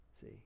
see